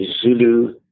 Zulu